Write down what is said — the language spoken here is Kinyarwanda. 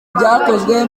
byakozwe